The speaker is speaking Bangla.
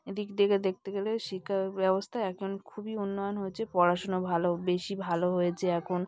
এদিক থেকে দেখতে গেলে শিক্ষার ব্যবস্থা এখন খুবই উন্নয়ন হয়েছে পড়াশুনো ভালো বেশি ভালো হয়েছে এখন